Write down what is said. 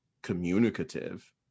communicative